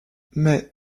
mais